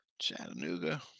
Chattanooga